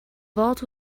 vault